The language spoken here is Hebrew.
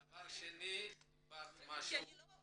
דבר שני, דיברת על משהו